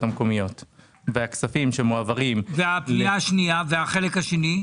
המקומיות והכספים שמועברים --- והחלק השני?